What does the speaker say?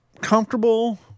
comfortable